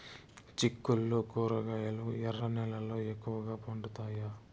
చిక్కుళ్లు కూరగాయలు ఎర్ర నేలల్లో ఎక్కువగా పండుతాయా